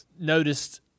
noticed